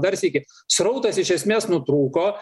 dar sykį srautas iš esmės nutrūko